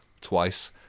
twice